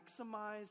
maximize